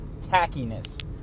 Tackiness